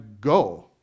go